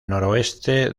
noroeste